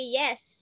yes